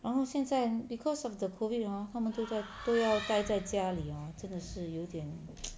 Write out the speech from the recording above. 然后现在 because of the COVID hor 他们都在都要待在家里 hor 真的是有点